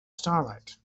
starlight